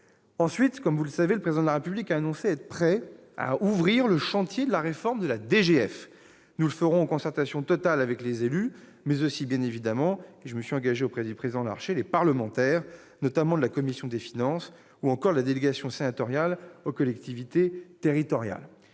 Ensuite, comme vous le savez, le Président de la République a annoncé qu'il était prêt à ouvrir le chantier de la réforme de la DGF. Nous le ferons en concertation totale avec les élus, mais aussi, bien évidemment- je m'y suis engagé auprès du président du Sénat, Gérard Larcher -, avec les parlementaires, notamment avec ceux de la commission des finances ou de la délégation sénatoriale aux collectivités territoriales.